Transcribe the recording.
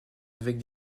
avec